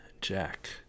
jack